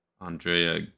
Andrea